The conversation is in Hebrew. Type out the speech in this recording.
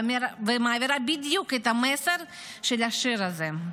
ומעבירה בדיוק את המסר של השיר הזה.